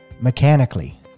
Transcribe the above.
mechanically